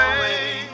away